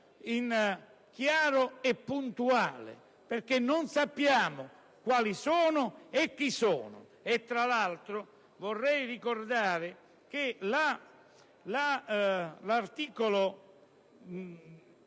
chiaro e puntuale perché non sappiamo quali sono i soggetti. Tra l'altro, vorrei ricordare che l'articolo